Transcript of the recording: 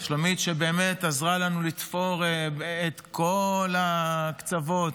שלומית עזרה לנו לתפור את כל הקצוות.